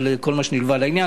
על כל מה שנלווה לעניין,